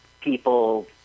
people